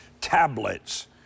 tablets